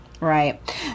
Right